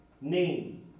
name